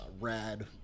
rad